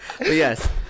yes